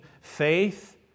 faith